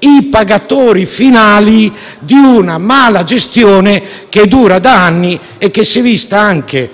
i pagatori finali di una malagestione che dura da anni e che si è vista anche,